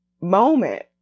moment